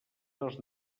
dos